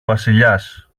βασιλιάς